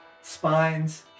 Spines